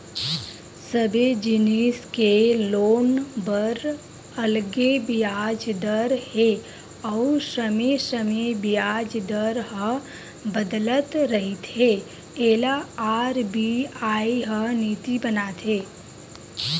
सबे जिनिस के लोन बर अलगे बियाज दर हे अउ समे समे बियाज दर ह बदलत रहिथे एला आर.बी.आई ह नीति बनाथे